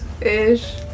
ish